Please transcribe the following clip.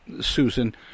Susan